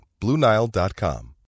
BlueNile.com